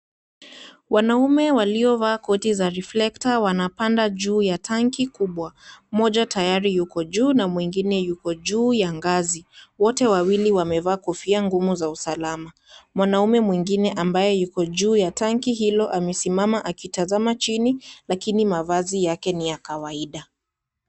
Wanaume waliovaa koti za reflector wanapanda juu ya tanki kubwa, mmoja tayari yuko juu na mwingine yuko juu ya ngazi, wote wawili wamevaa kofia ngumu za usalama, mwanaume mwingine ambaye yuko juu ya tanki hilo amesimama akitazama chini lakini mavazi yake niya kawaida.